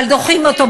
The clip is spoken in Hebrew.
הם למדו מכם.